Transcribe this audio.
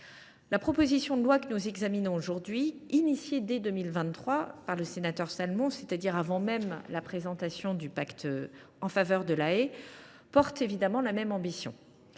La proposition de loi que nous examinons aujourd’hui a été déposée dès 2023 par le sénateur Salmon, avant même la présentation du pacte en faveur de la haie, et porte évidemment la même ambition.